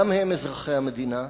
גם הם אזרחי המדינה,